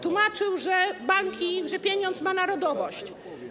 Tłumaczył, że banki, że pieniądz mają narodowość.